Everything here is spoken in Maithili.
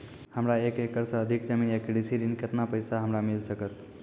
हमरा एक एकरऽ सऽ अधिक जमीन या कृषि ऋण केतना पैसा हमरा मिल सकत?